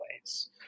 ways